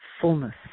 Fullness